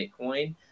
Bitcoin